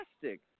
fantastic